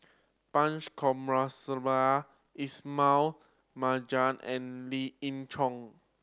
Punch Coomaraswamy Ismail Marjan and Lien Ying Chow